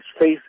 face